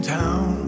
town